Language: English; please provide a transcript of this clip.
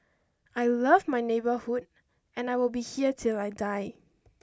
I love my neighbourhood and I will be here till I die